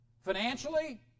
financially